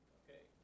okay